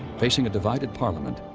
facing a divided parliament,